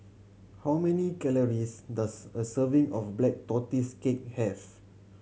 how many calories does a serving of Black Tortoise Cake have